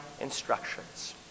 instructions